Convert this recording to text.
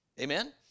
Amen